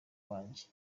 wanjye